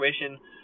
situation